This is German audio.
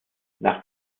nach